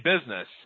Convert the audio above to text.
business